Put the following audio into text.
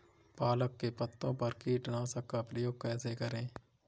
पालक के पत्तों पर कीटनाशक का प्रयोग कैसे करें?